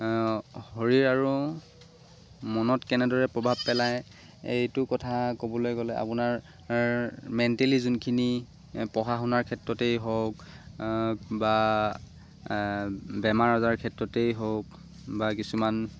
শৰীৰ আৰু মনত কেনেদৰে প্ৰভাৱ পেলায় এইটো কথা ক'বলৈ গ'লে আপোনাৰ মেণ্টেলি যোনখিনি পঢ়া শুনাৰ ক্ষেত্ৰতেই হওক বা বেমাৰ আজাৰ ক্ষেত্ৰতেই হওক বা কিছুমান